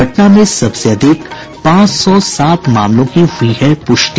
पटना में सबसे अधिक पांच सौ सात मामलों की हुयी है प्रष्टि